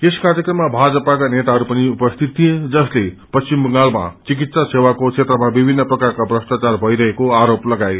यस कार्यक्रममा भाजपाका नेाताहरू पनि उपस्थित थिए जसले पश्चिम बंगालका चिकित्सा सेवाको क्षेत्रमा विभिन्न प्रकारका भ्रष्टाचार भइरहेको बताए